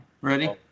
Ready